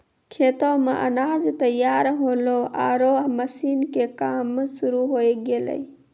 खेतो मॅ अनाज तैयार होल्हों आरो मशीन के काम शुरू होय गेलै